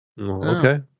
Okay